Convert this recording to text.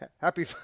happy